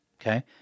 Okay